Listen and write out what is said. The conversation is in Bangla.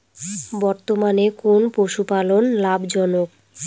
বর্তমানে কোন পশুপালন লাভজনক?